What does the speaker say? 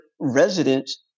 residents